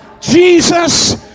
Jesus